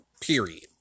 period